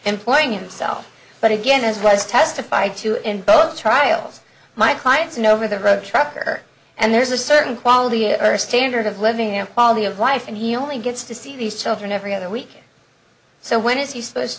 employing himself but again as was testified to in both trials my clients know over the road trucker and there's a certain quality of our standard of living and quality of life and he only gets to see these children every other week so when is he supposed